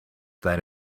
that